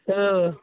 हँ